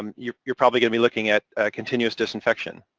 um you're you're probably gonna be looking at continuous disinfection,